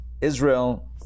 Israel